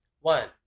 One